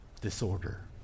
Disorder